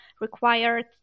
required